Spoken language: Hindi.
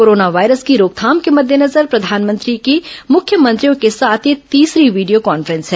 कोरोना वायरस की रोकथाम के मद्देनजर प्रधानमंत्री की मुख्यमंत्रियों के साथ यह तीसरी वीडियो कांफ्रेंस है